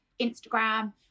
Instagram